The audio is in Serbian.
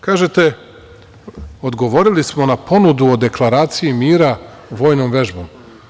Kažete, odgovorili smo na ponudu o Deklaraciji mira vojnom vežbom.